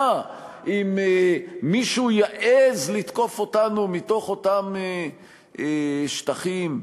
אם מישהו יעז לתקוף אותנו מתוך אותם שטחים,